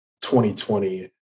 2020